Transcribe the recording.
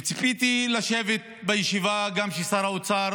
וציפיתי לשבת בישיבה כשגם שר האוצר